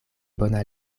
bona